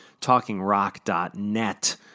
talkingrock.net